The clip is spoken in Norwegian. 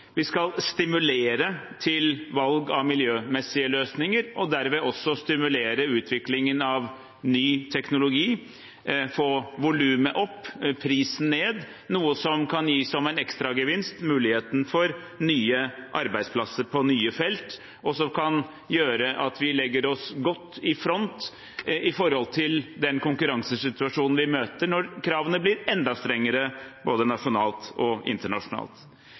Vi skal stimulere til valg av miljømessige løsninger og derved også stimulere utviklingen av ny teknologi, få volumet opp og prisen ned – noe som kan gi som ekstragevinst mulighet for nye arbeidsplasser på nye felt, og som kan gjøre at vi legger oss godt i front i forhold til den konkurransesituasjonen vi møter når kravene blir enda strengere både nasjonalt og internasjonalt.